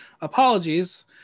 Apologies